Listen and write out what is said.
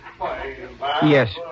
Yes